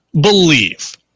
believe